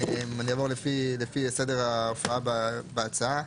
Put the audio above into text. אני אעבור לפי סדר ההופעה בהצעה,